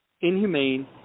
inhumane